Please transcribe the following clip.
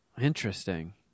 Interesting